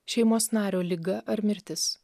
šeimos nario liga ar mirtis